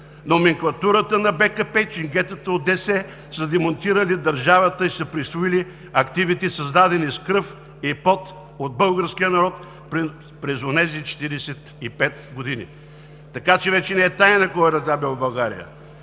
„Номенклатурата на БКП и ченгетата от ДС са демонтирали държавата и са присвоили активите, създадени с кръв и пот от българския народ през онези 45 години.“ Така вече не е тайна кой е разграбил България.